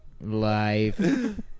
life